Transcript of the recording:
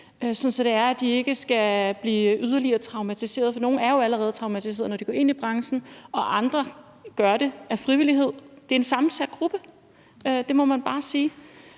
i dag, så de ikke skal blive yderligere traumatiseret. For nogle er jo allerede traumatiseret, når de går ind i branchen, og andre gør det frivilligt. Det er en sammensat gruppe; det må man bare sige.